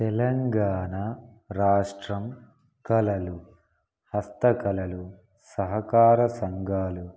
తెలంగాణ రాష్ట్రం కళలు హస్తకళలు సహకార సంఘాలు